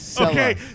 Okay